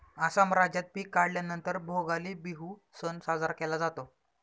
आसाम राज्यात पिक काढल्या नंतर भोगाली बिहू सण साजरा केला जातो